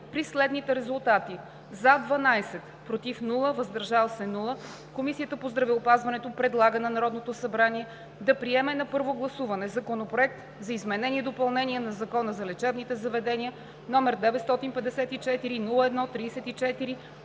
при резултати: „за“ – 12, без „против“ и „въздържал се“, Комисията по здравеопазването предлага на Народното събрание да приеме на първо гласуване Законопроект за изменение и допълнение на Закона за лечебните заведения, № 954 01-34,